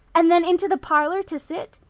and then into the parlor to sit?